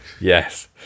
Yes